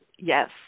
Yes